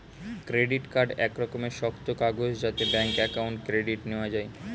credit card এক রকমের শক্ত কাগজ যাতে ব্যাঙ্ক অ্যাকাউন্ট ক্রেডিট নেওয়া যায়